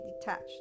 detached